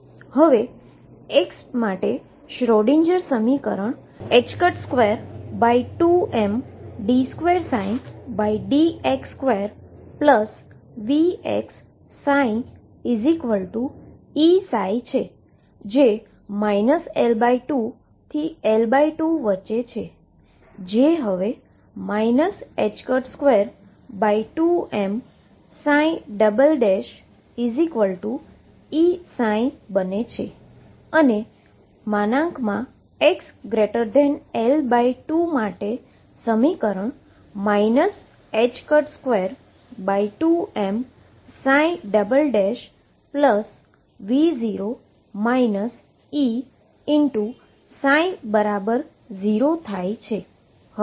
હવે x માટે Schrodinger સમીકરણ 22md2dx2VxψEψ છે L2 થી L2 વચ્ચે છે જે હવે 22mEψ બને છે અને xL2 માટે સમીકરણ 22mψ0 થાય છે